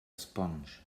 sponge